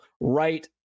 right